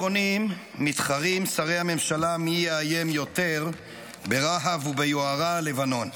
מתחרים שרי הממשלה מי יאיים יותר ברהב וביוהרה על לבנון.